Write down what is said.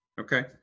okay